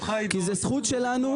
זו זכות שלנו